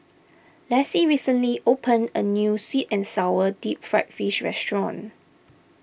Lessie recently opened a New Sweet and Sour Deep Fried Fish restaurant